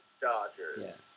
Dodgers